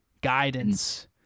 guidance